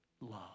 love